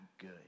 good